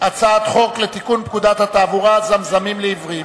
הצעת חוק לתיקון פקודת התעבורה (זמזמים לעיוורים).